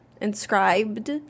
inscribed